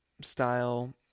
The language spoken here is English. style